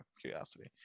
Curiosity